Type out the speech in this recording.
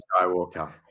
Skywalker